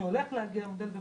שהולך להגיע מודל,